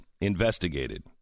investigated